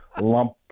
lump